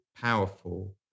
powerful